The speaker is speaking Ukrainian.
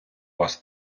вас